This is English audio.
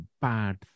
bad